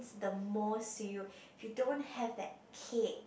the most to you if you don't have that cape